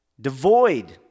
devoid